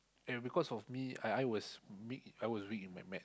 and because of me I I was me I was weak in my Maths